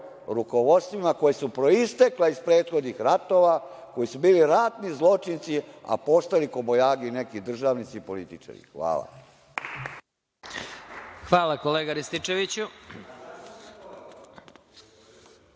rukovodstvima, koja su proistekla iz prethodnih ratova, koji su bili ratni zločinci, a postali kobajagi neki državnici i političari. Hvala. **Vladimir Marinković**